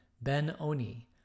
Ben-Oni